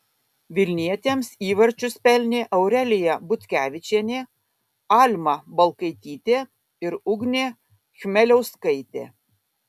vilnietėms įvarčius pelnė aurelija butkevičienė alma balkaitytė ir ugnė chmeliauskaitė